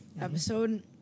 episode